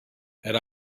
had